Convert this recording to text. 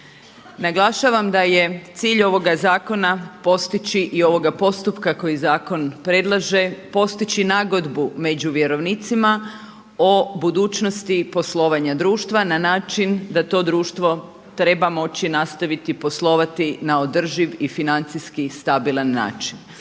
Naglašavam da je cilj ovoga zakona postići i ovoga postupka koji zakon predlaže postići nagodbu među vjerovnicima o budućnosti poslovanja društva na način da to društvo treba moći nastaviti poslovati na održiv i financijski stabilan način.